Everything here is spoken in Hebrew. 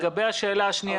לגבי השאלה השנייה.